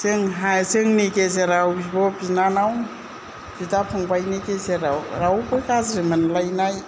जोंहा जोंनि गेजेराव बिब' बिनानाव बिदा फंबाइनि गेजेराव रावबो गाज्रि मोनलायनाय